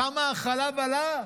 על כמה החלב עלה.